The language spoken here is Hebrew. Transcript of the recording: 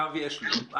יש לי את התו.